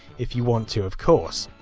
if you want to, of course.